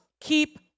keep